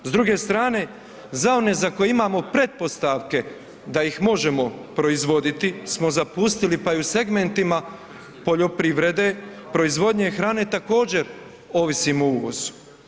S druge strane za one za koje imamo pretpostavke da ih možemo proizvoditi smo zapustili pa i u segmentima poljoprivrede, proizvodnje hrane također ovisimo o uvozu.